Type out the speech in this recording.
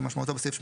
כמשמעותו בסעיף 8ג,